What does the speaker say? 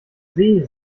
see